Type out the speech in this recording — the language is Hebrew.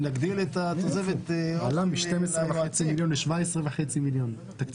עלה מ-12.5 מיליון ל-17.5 מיליון.